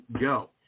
go